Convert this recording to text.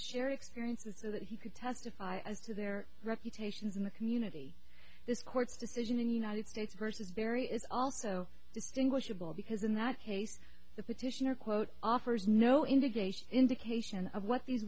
sheer experiences that he could testify as to their reputations in the community this court's decision in united states versus barry is also distinguishable because in that case the petitioner quote offers no indication indication of what these